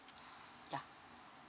ya